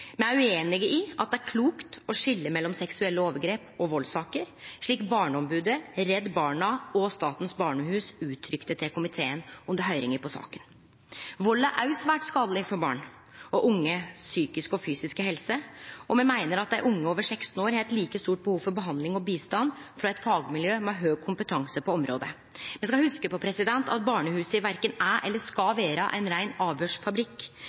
Me er også einige i at det er klokt å skilje mellom seksuelle overgrep og valdssaker, slik Barneombodet, Redd Barna og Statens barnehus gav uttrykk for til komiteen under høyringa i saka. Vald er også svært skadeleg for barn og unges psykiske og fysiske helse, og me meiner at dei unge over 16 år har eit like stort behov for behandling og hjelp frå eit fagmiljø med høg kompetanse på området. Me skal hugse på at barnehusa korkje er eller skal vere ein rein